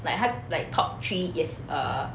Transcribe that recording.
like 他 like top three is err